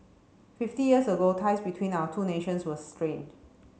fifty years ago ties between our two nations were strained